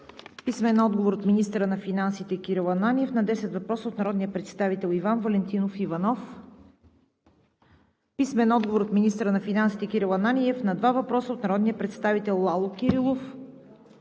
Писмени отговори от: - министъра на финансите Кирил Ананиев на десет въпроса от народния представител Иван Валентинов Иванов; - министъра на финансите Кирил Ананиев на два въпроса от народния представител Лало Кирилов;